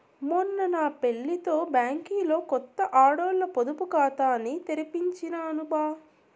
మొన్న నా పెళ్లితో బ్యాంకిలో కొత్త ఆడోల్ల పొదుపు కాతాని తెరిపించినాను బా